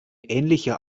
ähnlicher